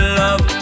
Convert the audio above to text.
love